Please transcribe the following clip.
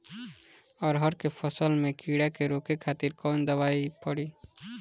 अरहर के फसल में कीड़ा के रोके खातिर कौन दवाई पड़ी?